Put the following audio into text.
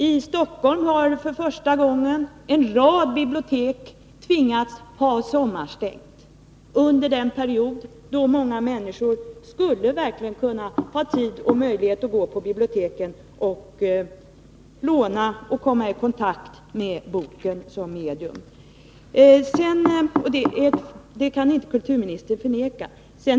I Stockholm har för första gången en rad bibliotek tvingats ha sommarstängt — under den period då många människor verkligen skulle kunna ha tid och möjlighet att gå på biblioteket och låna och komma i kontakt med boken som medium. Detta är fakta som kulturministern inte kan förneka.